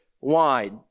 wide